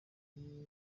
amashami